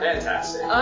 Fantastic